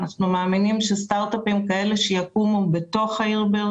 אנחנו מאמינים שסטרט-אפים כאלה שיקומו בתוך העיר באר